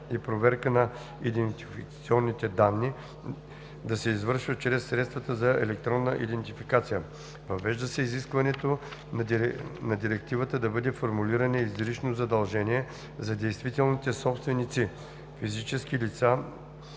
и проверка на идентификационните данни да се извършват чрез средствата за електронна идентификация; - въвежда се изискването на Директивата да бъде формулирано изрично задължение за действителните собственици – физически лица